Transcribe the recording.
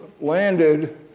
landed